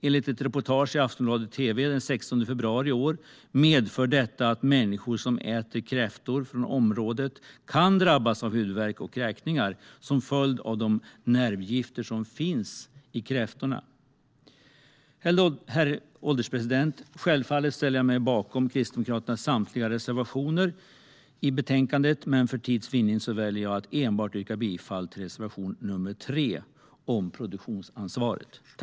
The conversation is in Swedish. Enligt ett reportage i Aftonbladet TV den 16 februari i år medför detta att människor som äter kräftor från området kan drabbas av huvudvärk och kräkningar som en följd av de nervgifter som finns i kräftorna. Herr ålderspresident! Självfallet står jag bakom Kristdemokraternas samtliga reservationer i betänkandet, men för tids vinnande väljer jag att yrka bifall enbart till reservation 3 om producentansvaret.